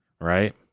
Right